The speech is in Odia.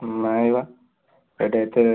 ନାହିଁ ବା ଏଇଠି ଏତେ